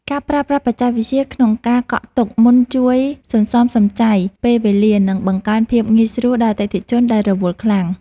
ការប្រើប្រាស់បច្ចេកវិទ្យាក្នុងការកក់ទុកមុនជួយសន្សំសំចៃពេលវេលា និងបង្កើនភាពងាយស្រួលដល់អតិថិជនដែលរវល់ខ្លាំង។